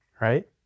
right